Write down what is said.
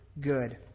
good